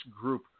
group